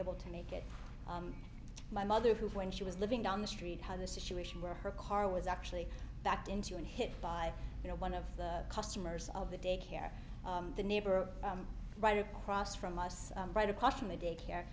able to make it my mother who when she was living down the street had a situation where her car was actually backed into and hit by you know one of the customers of the daycare the neighbor right across from us right across from the daycare